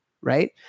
right